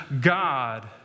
God